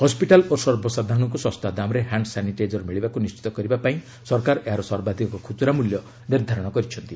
hospital ଓ ସର୍ବସାଧାରଣଙ୍କୁ ଶସ୍ତା ଦାମ୍ରେ ହ୍ୟାଣ୍ଡ ସାନିଟାଇଜର ମିଳିବାକୁ ନିର୍ଣ୍ଣିତ କରିବା ପାଇଁ ସରକାର ଏହାର ସର୍ବାଧିକ ଖୁଚୁରା ମୂଲ୍ୟ ନିର୍ଦ୍ଧାରଣ କରିଛନ୍ତି